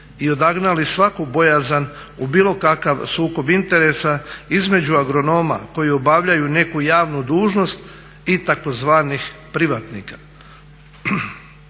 i odagnali svaku bojazan u bilo kakav sukob interesa između agronoma koji obavljaju neku javnu dužnost i tzv. privatnika.